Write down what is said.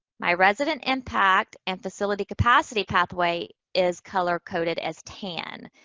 may resident impact and facility capacity pathway is color coded as tan.